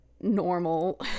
normal